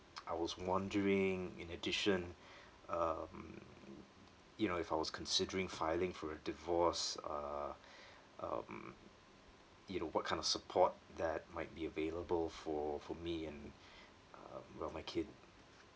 I was wondering in addition um you know if I was considering filing for a divorce uh um you know what kind of support that might be available for for me and um well my kid